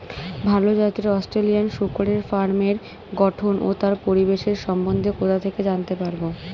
ভাল জাতের অস্ট্রেলিয়ান শূকরের ফার্মের গঠন ও তার পরিবেশের সম্বন্ধে কোথা থেকে জানতে পারবো?